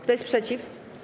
Kto jest przeciw?